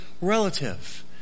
relative